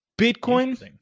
Bitcoin